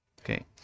Okay